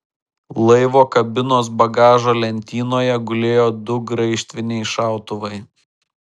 laivo kabinos bagažo lentynoje gulėjo du graižtviniai šautuvai